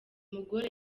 mugore